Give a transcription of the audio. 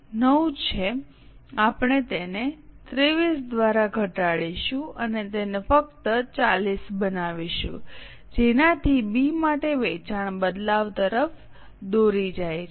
આપણે તેને 23 દ્વારા ઘટાડીશું તેને ફક્ત 40 બનાવીશું જેનાથી બી માટે વેચાણ બદલાવ તરફ દોરી જાય છે